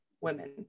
women